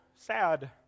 sad